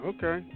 Okay